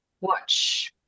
watch